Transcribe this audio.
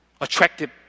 attractive